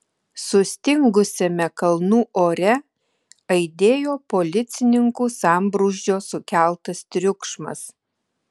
sustingusiame kalnų ore aidėjo policininkų sambrūzdžio sukeltas triukšmas